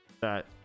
That-